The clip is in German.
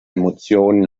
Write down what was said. emotionen